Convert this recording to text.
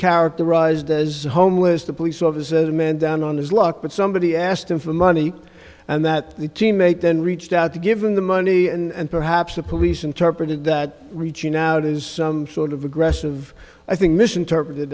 characterized as homeless the police officer the man down on his luck but somebody asked him for money and that the teammate then reached out to give him the money and perhaps the police interpreted that reaching out is some sort of aggressive i think misinterpreted